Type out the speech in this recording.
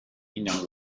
indian